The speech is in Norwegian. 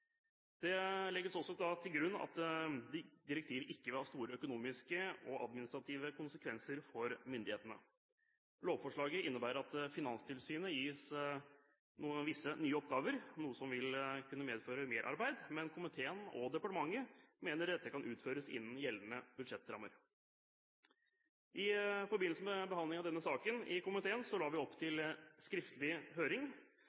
Det legges også til grunn at direktivet ikke vil ha store økonomiske og administrative konsekvenser for myndighetene. Lovforslaget innebærer at Finanstilsynet gis visse nye oppgaver, noe som vil kunne medføre merarbeid, men komiteen og departementet mener dette kan utføres innenfor gjeldende budsjettrammer. I forbindelse med behandlingen av denne saken i komiteen la vi opp til skriftlig høring,